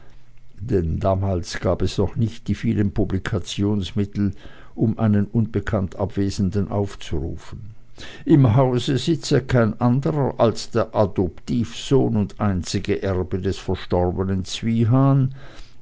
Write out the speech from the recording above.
denn damals gab es noch nicht die vielen publikationsmittel um einen unbekannt abwesenden aufzurufen im hause sitze kein anderer als der adoptivsohn und einzige erbe des verstorbenen